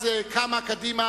אז קמה קדימה,